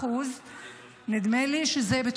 נדמה לי ש-64%,